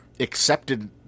accepted